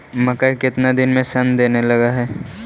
मकइ केतना दिन में शन देने लग है?